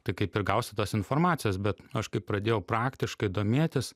tai kaip ir gausiu tos informacijos bet aš kai pradėjau praktiškai domėtis